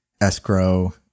escrow